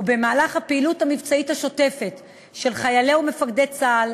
ובמהלך הפעילות המבצעית השוטפת של חיילי ומפקדי צה"ל,